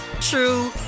true